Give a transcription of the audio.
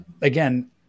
again